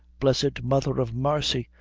blessed mother of marcy,